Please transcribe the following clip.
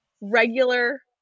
regular